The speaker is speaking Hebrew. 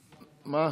מה,